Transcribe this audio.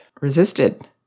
resisted